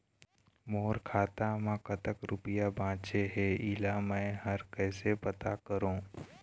मोर खाता म कतक रुपया बांचे हे, इला मैं हर कैसे पता करों?